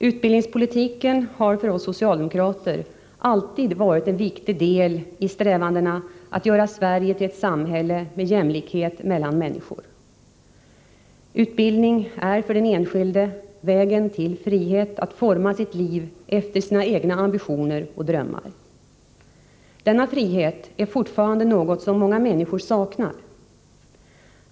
Utbildningspolitiken har för oss socialdemokrater alltid varit en viktig del i strävandena att göra Sverige till ett samhälle med jämlikhet mellan människor. Utbildning är för den enskilde vägen till frihet att forma sitt liv efter sina egna ambitioner och drömmar. Denna frihet är fortfarande något som många människor saknar.